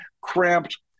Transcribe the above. cramped